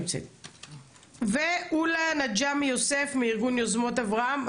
בבקשה, אולה נג'מי יוסף, מארגון "יוזמות אברהם".